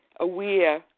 aware